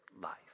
life